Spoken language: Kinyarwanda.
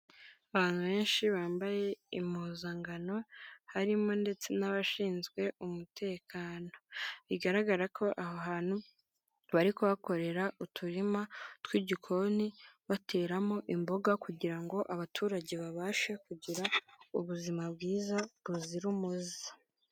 Abantu benshi bambaye impuzankano harimo ndetse n'abashinzwe umutekano, bigaragara ko aho hantu bari kuhakorera uturima tw'igikoni bateramo imboga kugirango abaturage babashe kugira ubuzima bwiza buzira umuze.